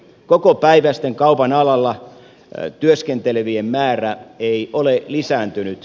kokopäiväisten kaupan alalla työskentelevien määrä ei ole lisääntynyt